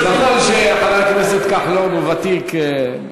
נכון שחבר הכנסת כחלון הוא ותיק,